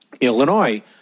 Illinois